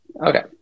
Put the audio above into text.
okay